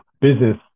business